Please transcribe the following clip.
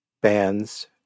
bands